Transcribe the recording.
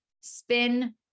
Spin